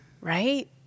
Right